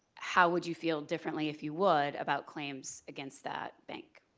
how would you feel differently if you would about claims against that bank?